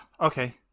okay